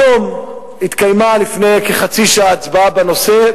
היום התקיימה, לפני כחצי שעה, הצבעה בנושא.